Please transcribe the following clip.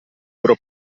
loro